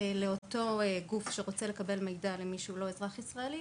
עבור גוף שמעוניין לקבל מידע אודות אזרח שאינו ישראלי,